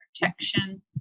protection